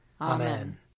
Amen